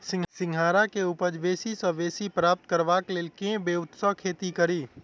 सिंघाड़ा केँ उपज बेसी सऽ बेसी प्राप्त करबाक लेल केँ ब्योंत सऽ खेती कड़ी?